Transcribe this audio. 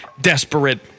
desperate